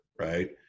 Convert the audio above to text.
right